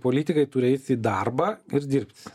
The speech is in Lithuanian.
politikai turi eiti į darbą ir dirbt